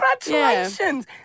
Congratulations